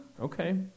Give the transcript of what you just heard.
Okay